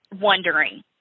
wondering